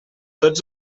tots